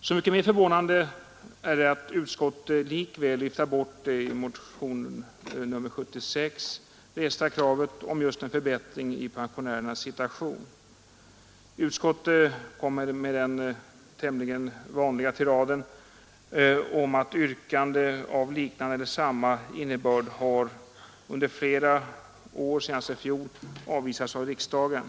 Så mycket mer förvånande är att utskottet nu likväl viftar bort det i motionen 76 resta kravet på just en förbättring av pensionärernas situation. Utskottet kommer med den vanliga tiraden om att yrkande av liknande eller samma innebörd under flera år, senast i fjol, har avvisats av riksdagen.